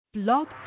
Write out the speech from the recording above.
Blog